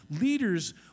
leaders